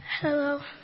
Hello